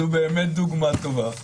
זאת באמת דוגמה טובה.